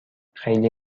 خیلی